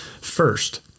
First